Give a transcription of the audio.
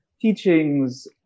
teachings